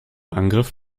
angriff